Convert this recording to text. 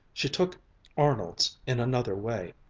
she took arnold's in another way.